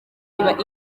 iba